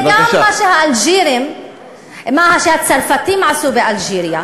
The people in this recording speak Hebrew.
זה גם מה שהצרפתים עשו באלג'יריה.